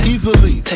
Easily